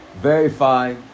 verify